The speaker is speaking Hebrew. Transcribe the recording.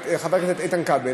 חבר הכנסת איתן כבל